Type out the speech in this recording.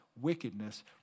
wickedness